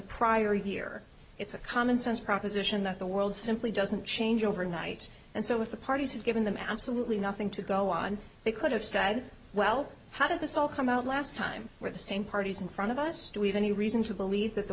prior year it's a commonsense proposition that the world simply doesn't change overnight and so if the parties had given them absolutely nothing to go on they could have said well how did this all come out last time where the same party is in front of us do we have any reason to believe that the